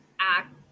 act